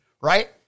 right